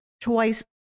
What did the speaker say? twice